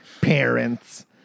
Parents